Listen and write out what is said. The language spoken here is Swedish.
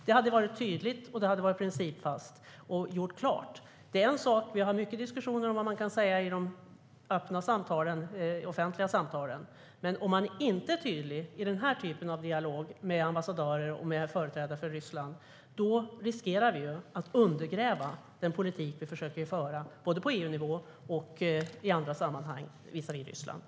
Det hade varit tydligt och principfast och gjort klart var vi står.